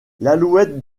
l’alouette